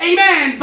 Amen